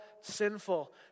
sinful